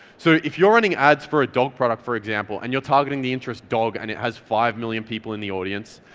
so if you're running ads for a dog product for example, and you're targeting the interest dog and it has five million people in the audience,